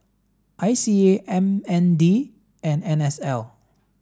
I C A M N D and N S L